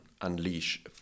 unleash